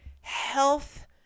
Health